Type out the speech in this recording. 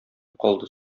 калды